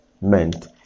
meant